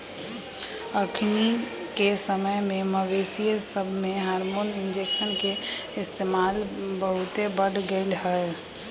अखनिके समय में मवेशिय सभमें हार्मोन इंजेक्शन के इस्तेमाल बहुते बढ़ गेलइ ह